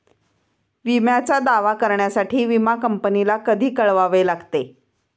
विम्याचा दावा करण्यासाठी विमा कंपनीला कधी कळवावे लागते?